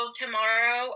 tomorrow